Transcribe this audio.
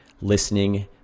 listening